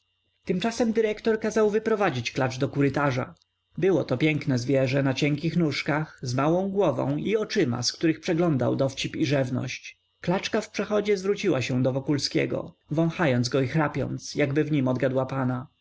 tymczasem dyrektor kazał wyprowadzić klacz do kurytarza byłoto piękne zwierzę na cienkich nóżkach z małą główką i oczyma z których przeglądał dowcip i rzewność klaczka w przechodzie zwróciła się do wokulskiego wąchając go i chrapiąc jakby w nim odgadła pana